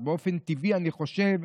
אז באופן טבעי אני חושב.